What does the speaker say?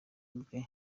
bwe